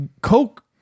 Coke